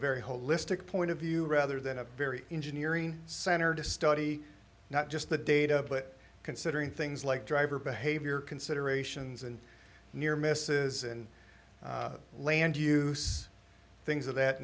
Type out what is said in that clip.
very holistic point of view rather than a very center to study not just the data but considering things like driver behavior considerations and near misses and land use things of that